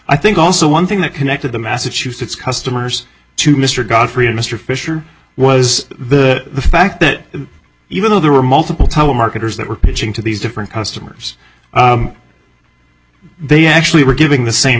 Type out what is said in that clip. i think also one thing that connected the massachusetts customers to mr godfrey and mr fisher was the fact that even though there were multiple telemarketers that were pitching to these different customers they actually were giving the same